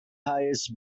highest